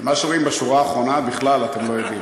מה שרואים בשורה האחרונה אתם בכלל לא יודעים.